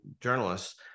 journalists